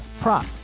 prop